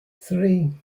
three